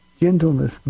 gentleness